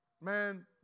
man